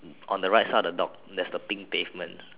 on the right side of the dog there's the pink pavement